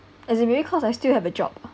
is it really because I still have a job